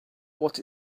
what